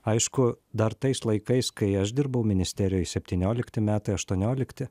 aišku dar tais laikais kai aš dirbau ministerijoj septyniolikti metai aštuoniolikti